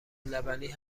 لبنی